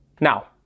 Now